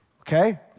Okay